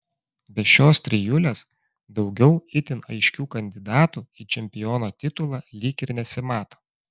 be šios trijulės daugiau itin aiškių kandidatų į čempiono titulą lyg ir nesimato